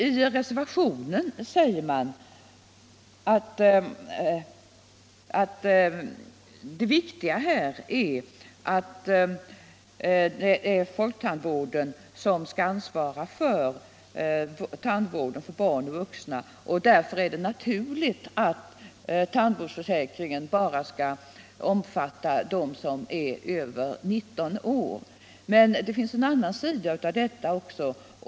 I reservationen säger man att det viktiga är att det är folktandvården som skall ansvara för tandvården för barn och vuxna och att det därför är naturligt att tandvårdsförsäkringen bara skall omfatta dem som är - Nr 23 över 19 år. Men det finns en annan sida av de'tta o?kså.